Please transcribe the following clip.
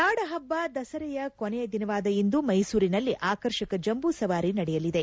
ನಾಡಹಬ್ಲ ದಸರೆಯ ಕೊನೆಯ ದಿನವಾದ ಇಂದು ಮ್ಯೆಸೂರಿನಲ್ಲಿ ಆಕರ್ಷಕ ಜಂಬೂಸವಾರಿ ನಡೆಯಲಿದೆ